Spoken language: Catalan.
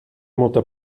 molta